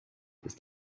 ist